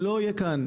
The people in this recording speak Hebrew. תהיה כאן